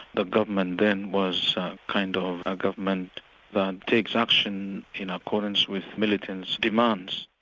the government then was kind of a government that takes action in accordance with militants' demands.